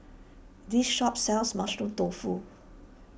this shop sells Mushroom Tofu